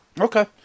Okay